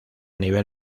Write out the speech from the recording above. nivel